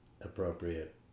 appropriate